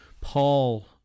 Paul